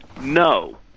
No